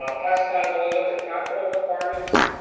um past plans only looked at capital requirements.